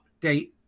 update